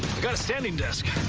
got a standing desk.